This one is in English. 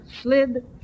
slid